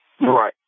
Right